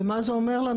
ומה זה אומר לנו?